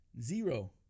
Zero